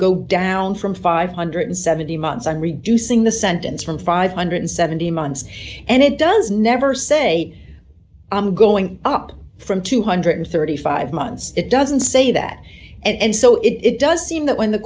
go down from five hundred and seventy months on reducing the sentence from five hundred and seventy months and it does never say i'm going up from two hundred and thirty five months it doesn't say that and so it does seem that when the